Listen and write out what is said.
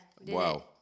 Wow